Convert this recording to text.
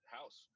House